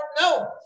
No